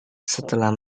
setelah